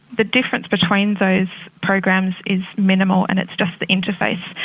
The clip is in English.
the difference between those programs is minimal and it's just the interface.